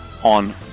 on